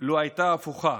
לו הייתה הפוכה,